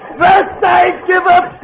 first i give up